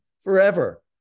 forever